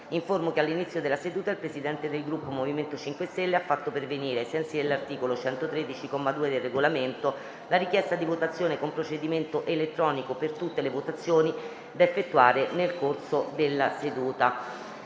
che all'inizio della seduta il Presidente del Gruppo MoVimento 5 Stelle ha fatto pervenire, ai sensi dell'articolo 113, comma 2, del Regolamento, la richiesta di votazione con procedimento elettronico per tutte le votazioni da effettuare nel corso della seduta.